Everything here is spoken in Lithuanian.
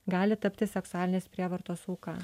gali tapti seksualinės prievartos auka